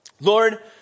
Lord